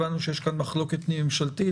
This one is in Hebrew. הבנו שיש כאן מחלוקת פנים ממשלתית.